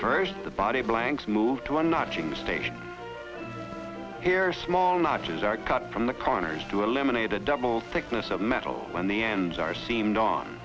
first the body blanks move to a not ging stage here small notches are cut from the corners to eliminate a double thickness of metal when the ends are seemed on